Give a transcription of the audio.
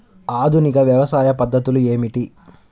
ఆధునిక వ్యవసాయ పద్ధతులు ఏమిటి?